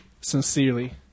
Sincerely